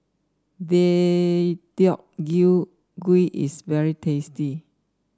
Deodeok Gui is very tasty